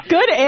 Good